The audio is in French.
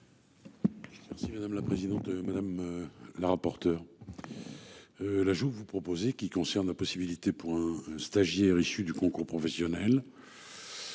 Merci madame la présidente, madame. La rapporteure. L'joue vous proposez qui concerne la possibilité pour un stagiaire issus du concours professionnel.